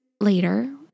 later